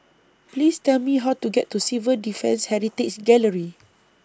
Please Tell Me How to get to Civil Defence Heritage Gallery